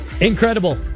Incredible